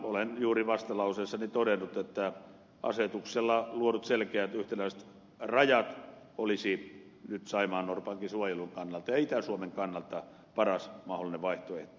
olen juuri vastalauseessani todennut että asetuksella luodut selkeät yhtenäiset rajat olisivat nyt saimaannorpankin suojelun ja itä suomen kannalta paras mahdollinen vaihtoehto